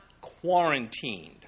quarantined